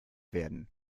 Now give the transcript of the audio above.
werden